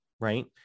right